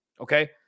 okay